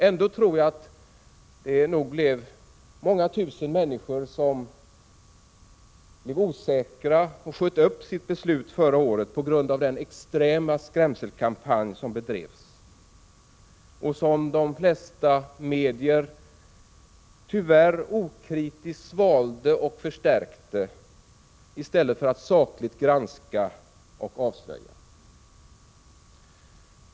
Ändå tror jag att många tusen människor blev osäkra under förra året och sköt upp sina beslut på grund av den extrema skrämselkampanj som bedrevs och som de flesta medier tyvärr okritiskt förstärkte i stället för att sakligt granska och avslöja.